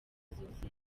zose